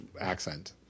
accent